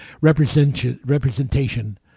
representation